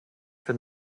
for